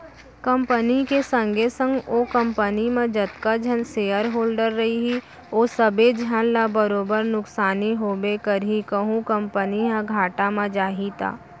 company के संगे संग ओ कंपनी म जतका झन सेयर होल्डर रइही ओ सबे झन ल बरोबर नुकसानी होबे करही कहूं कंपनी ह घाटा म जाही त